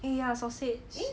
eh ya sausage